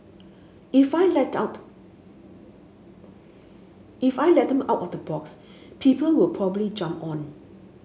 if I let out if I let them out of the box people will probably jump on